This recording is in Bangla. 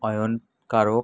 অয়ন কারক